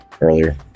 earlier